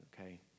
okay